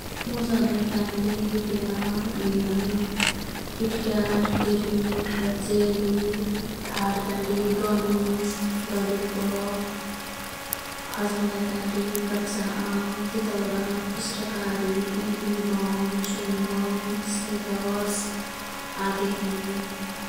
मोर् जानल क्यान्डीके नाम यी हैं। KitKat, Dairy Milk, jelly, hard candy, gummies, lollipop, Hajmola candy, कच्चाआम, तितौरा, पुस्टकारी, इमलीबम, चुँईङगम, स्निकर्स, आदि हैं।